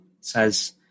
says